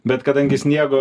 bet kadangi sniego